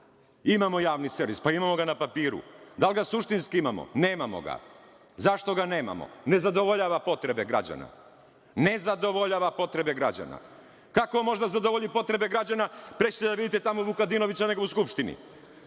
javni servis, pa imamo ga na papiru. Da li ga suštinski imamo? Nemamo ga. Zašto ga nemamo? Ne zadovoljava potrebe građana, ne zadovoljava potrebe građana. Kako može da zadovolji potrebe građana? Pre ćete da vidite tamo Vukadinovića, nego u Skupštini.